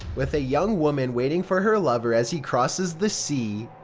with a young woman waiting for her lover as he crosses the sea.